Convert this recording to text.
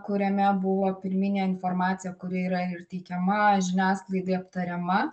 kuriame buvo pirminė informacija kuri yra ir teikiama žiniasklaidai aptariama